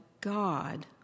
God